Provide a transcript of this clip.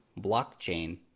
blockchain